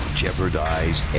jeopardize